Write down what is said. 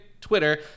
Twitter